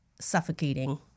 suffocating